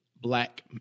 black